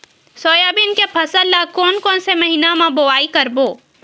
Soybean के फसल ल कोन कौन से महीना म बोआई करबो?